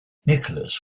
nicholas